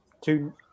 two